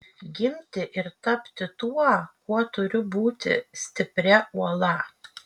gimti ir tapti tuo kuo turiu būti stipria uola